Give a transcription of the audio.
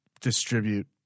distribute